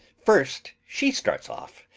first she starts off,